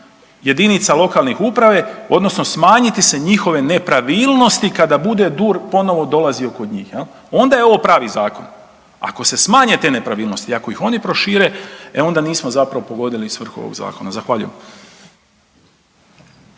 jedinica lokane uprave odnosno smanjiti se njihove nepravilnosti kada bude DUR bude ponovo dolazio kod njih jel, onda je ovo pravi zakon. Ako se smanje te nepravilnosti i ako ih oni prošire, e onda nismo zapravo pogodili svrhu ovog zakona. Zahvaljujem.